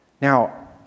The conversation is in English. Now